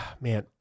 man